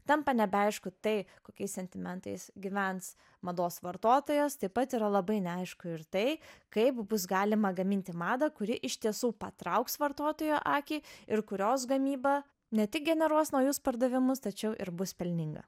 tampa nebeaišku tai kokiais sentimentais gyvens mados vartotojas taip pat yra labai neaišku ir tai kaip bus galima gaminti madą kuri iš tiesų patrauks vartotojo akį ir kurios gamyba ne tik generuos naujus pardavimus tačiau ir bus pelninga